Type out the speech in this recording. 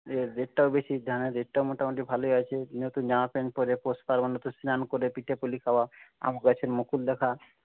এর রেটটাও বেশি ধানের রেটটাও মোটামুটি ভালোই আছে নতুন জামা প্যান্ট পরে পৌষপার্বনে তো স্নান করে পিঠেপুলি খাওয়া আম গাছে মুকুল দেখা